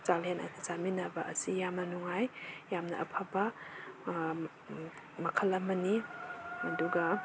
ꯆꯥꯛꯂꯦꯟ ꯑꯗꯨ ꯆꯥꯃꯤꯟꯅꯕ ꯑꯁꯤ ꯌꯥꯝꯅ ꯅꯨꯡꯉꯥꯏ ꯌꯥꯝꯅ ꯑꯐꯕ ꯃꯈꯜ ꯑꯃꯅꯤ ꯑꯗꯨꯒ